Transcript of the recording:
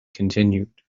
continued